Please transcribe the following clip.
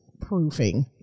proofing